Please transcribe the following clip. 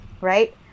right